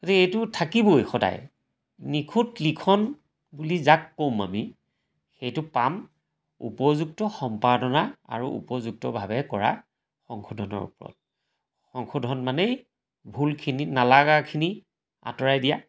গতিকে এইটো থাকিবই সদায় নিখুঁত লিখন বুলি যাক ক'ম আমি সেইটো পাম উপযুক্ত সম্পাদনা আৰু উপযুক্তভাৱে কৰা সংশোধনৰ ওপৰত সংশোধন মানেই ভুলখিনি নলাগাখিনি আঁতৰাই দিয়া